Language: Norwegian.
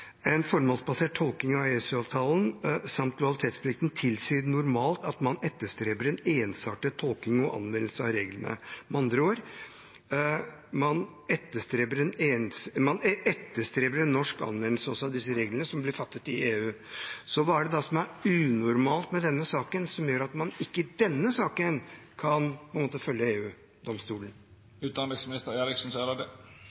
anvendelse av reglene.» Med andre ord: Man etterstreber en norsk anvendelse også av disse reglene som blir fattet i EU. Så hva er det da som er unormalt med denne saken? Hva er det som gjør at man ikke i denne saken kan følge